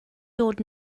dod